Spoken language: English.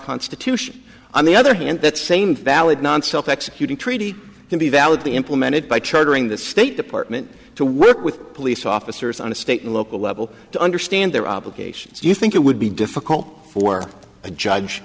constitution on the other hand that same valid non self executing treaty can be validly implemented by chartering the state department to work with police officers on a state and local level to understand their obligations you think it would be difficult for a judge